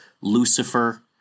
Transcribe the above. Lucifer